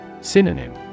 Synonym